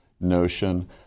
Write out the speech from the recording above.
notion